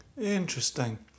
interesting